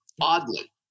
oddly